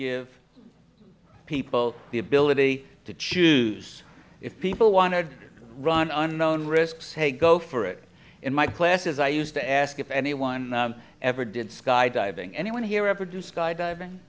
give people the ability to choose if people want to run unknown risks hey go for it in my classes i used to ask if anyone ever did skydiving anyone here ever do skydiving